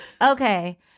Okay